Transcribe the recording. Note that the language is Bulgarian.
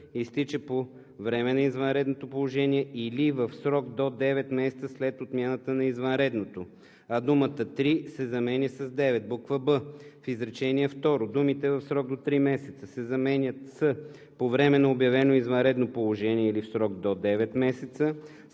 „изтича по време на обявено извънредно положение или в срок до 9 месеца след отмяната на извънредното“, а думата „три“ се заменя с „9“; б) в изречение второ думите „в срок до три месеца“ се заменят с „по време на обявено извънредно положение или в срок до 9 месеца“,